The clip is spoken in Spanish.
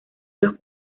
los